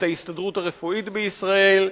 את ההסתדרות הרפואית בישראל,